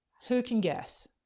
who can guess?